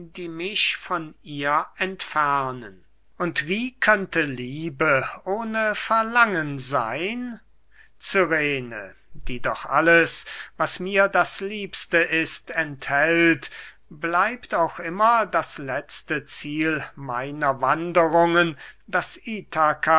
die mich von ihr entfernen und wie könnte liebe ohne verlangen seyn cyrene die doch alles was mir das liebste ist enthält bleibt auch immer das letzte ziel meiner wanderungen das